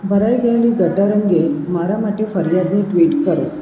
ભરાઈ ગયેલી ગટર અંગે મારા માટે ફરિયાદની ટ્વીટ કરો